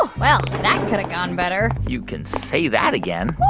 well, that could've gone better you can say that again